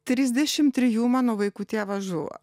trisdešimt trijų mano vaikų tėvas žuvo